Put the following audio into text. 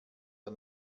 der